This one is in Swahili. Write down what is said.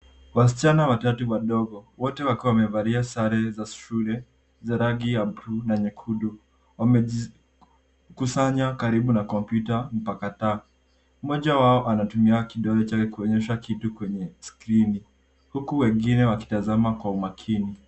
Wasichana watatu wadogo, wote wakiwa wamevalia sare za shule za rangi ya buluu na nyekundu wamejikusanya karibu na kompyuta mpakato. Mmoja wao anatumia kidole chake kuonyesha kitu kwenye skrini, huku wengine wakitazama kwa umakini.